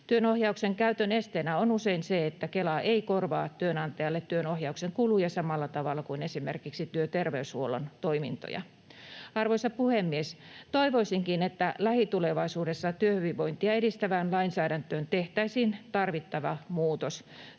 Työnohjauksen käytön esteenä on usein se, että Kela ei korvaa työnantajalle työnohjauksen kuluja samalla tavalla kuin esimerkiksi työterveyshuollon toimintoja. Arvoisa puhemies! Toivoisinkin, että lähitulevaisuudessa työhyvinvointia edistävään lainsäädäntöön tehtäisiin tarvittava muutos.